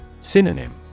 Synonym